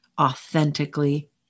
authentically